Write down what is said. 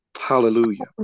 Hallelujah